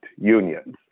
unions